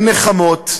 אין נחמות.